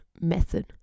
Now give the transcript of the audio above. method